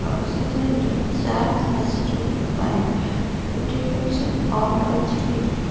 ଅକ୍ସିଜେନ୍ରେ chat ମେସେଜ୍ଗୁଡ଼ିକ ପାଇଁ notification on ରହିଛି କି